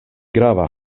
grava